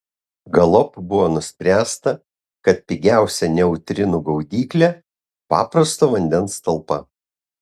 galop buvo nuspręsta kad pigiausia neutrinų gaudyklė paprasto vandens talpa